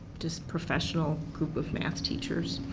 just professional group of math teachers.